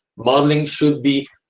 modeling should be,